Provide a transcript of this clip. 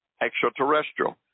extraterrestrial